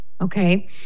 Okay